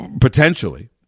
potentially